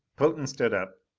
potan stood up.